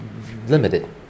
limited